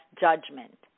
judgment